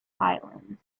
island